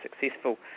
successful